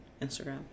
Instagram